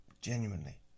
genuinely